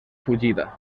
fugida